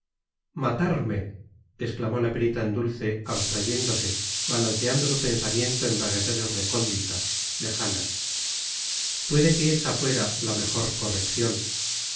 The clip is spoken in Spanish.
matarme exclamó la perita en dulce abstrayéndose balanceando su pensamiento en vaguedades recónditas lejanas puede que esa fuera le mejor corrección